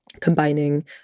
combining